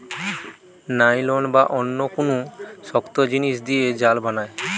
nylon বা অন্য কুনু শক্ত জিনিস দিয়ে জাল বানায়